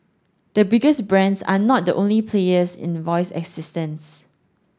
the biggest brands are not the only players in voice assistants